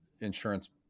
insurance